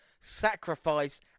sacrifice